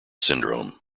syndrome